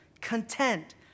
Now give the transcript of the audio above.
content